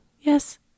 Yes